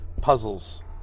puzzles